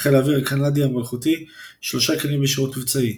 קנדה – חיל האוויר הקנדי המלכותי – 3 כלים בשירות מבצעי.